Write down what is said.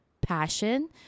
passion